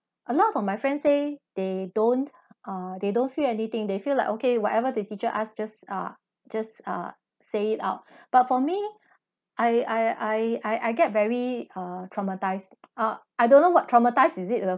a lot of my friends say they don't uh they don't feel anything they feel like okay whatever the teacher asked just uh just uh say it out but for me I I I I get very uh traumatized ah I don't know what traumatize is it though